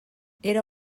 era